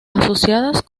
asociadas